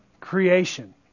creation